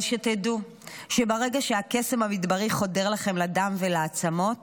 אבל שתדעו שברגע שהקסם המדברי חודר לכם לדם ולעצמות,